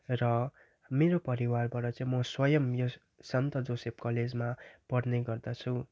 र मेरो परिवारबाट चाहिँ म स्वयं यो सन्त जोसेफ कलेजमा पढ्ने गर्द्छु